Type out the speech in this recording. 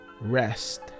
rest